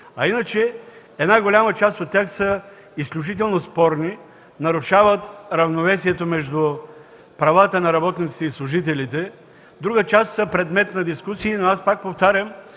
Иначе голяма част от тях са изключително спорни. Нарушават равновесието между правата на работниците и служителите, друга част са предмет на дискусии. Пак повтарям